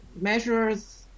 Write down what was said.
measures